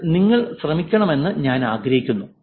എന്നാൽ നിങ്ങൾ ശ്രമിക്കണമെന്ന് ഞാൻ ആഗ്രഹിക്കുന്നു